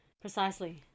precisely